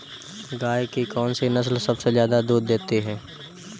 गाय की कौनसी नस्ल सबसे ज्यादा दूध देती है?